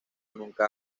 nunca